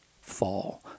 fall